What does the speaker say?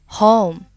home